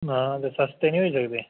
हां ते सस्ते निं होई सकदे